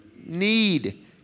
Need